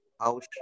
House